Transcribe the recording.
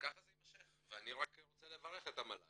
וכך זה יימשך, ואני רוצה רק לברך את המל"ג